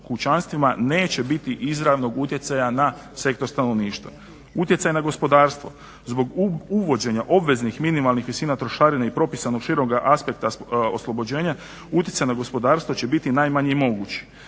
kućanstvima neće biti izravnog utjecaja na sektor stanovništva. Utjecaj na gospodarstvo, zbog uvođenja obveznih minimalnih visina trošarina i propisano šireg aspekta oslobođenja utjecaj na gospodarstvo će biti najmanji moguć.